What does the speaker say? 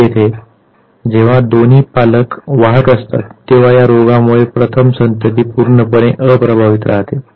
येथे जेव्हा दोन्ही पालक वाहक असतात तेव्हा या रोगामुळे प्रथम संतती पूर्णपणे अप्रभावित राहते